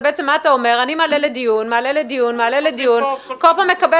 אתה אמר שאתה מעלה לדיון וכל הזמן מקבל